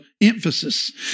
emphasis